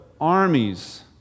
armies